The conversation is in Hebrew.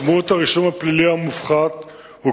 משמעות הרישום הפלילי המופחת הוא,